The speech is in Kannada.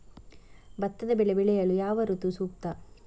ಭತ್ತದ ಬೆಳೆ ಬೆಳೆಯಲು ಯಾವ ಋತು ಸೂಕ್ತ?